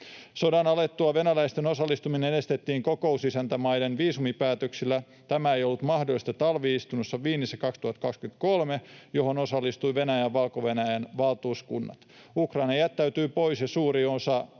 Sodan alettua venäläisten osallistuminen estettiin kokousisäntämaiden viisumipäätöksillä. Tämä ei ollut mahdollista talvi-istunnossa Wienissä 2023, johon osallistuivat Venäjän ja Valko-Venäjän valtuuskunnat. Ukraina jättäytyi pois, ja suuri osa